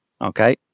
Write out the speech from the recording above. okay